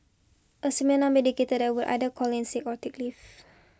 a similar that would either call in sick or take leave